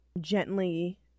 gently